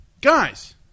Guys